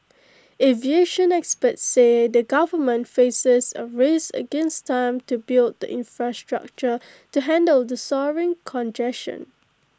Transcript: aviation experts say the government faces A race against time to build the infrastructure to handle the soaring congestion